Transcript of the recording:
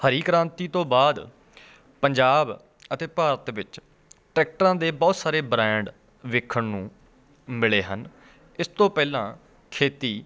ਹਰੀ ਕ੍ਰਾਂਤੀ ਤੋਂ ਬਾਅਦ ਪੰਜਾਬ ਅਤੇ ਭਾਰਤ ਵਿੱਚ ਟਰੈਕਟਰਾਂ ਦੇ ਬਹੁਤ ਸਾਰੇ ਬ੍ਰੈਂਡ ਦੇਖਣ ਨੂੰ ਮਿਲੇ ਹਨ ਇਸ ਤੋਂ ਪਹਿਲਾਂ ਖੇਤੀ